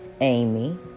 Amy